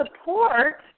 support